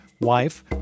wife